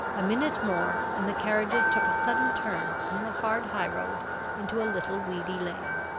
a minute more, and the carriages took a sudden turn from the hard high-road into a little weedy lane.